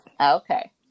Okay